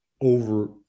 over